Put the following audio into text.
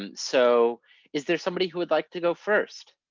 um so is there somebody who would like to go first?